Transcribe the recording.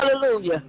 Hallelujah